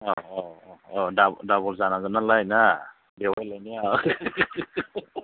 औ औ औ दाबोल जानांगोन नालाय ना बेवाय लायनायाव